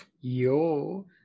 Yo